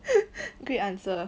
great answer